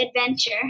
adventure